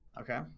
Okay